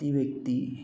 ती व्यक्ती